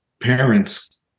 parents